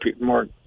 more